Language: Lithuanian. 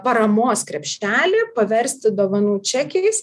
paramos krepšelį paversti dovanų čekiais